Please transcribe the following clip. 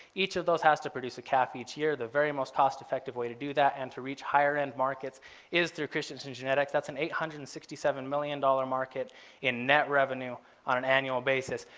each of those has to produce a calf each year. the very most cost-effective way to do that and to reach higher end markets is through christensen genetics that's an eight hundred and sixty seven million dollars market in net revenue on an annual basis.